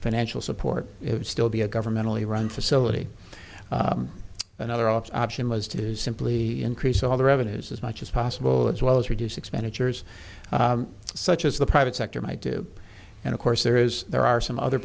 financial support it would still be a governmentally run facility another office option was to simply increase all the revenues as much as possible as well as reduce expenditures such as the private sector might and of course there is there are some other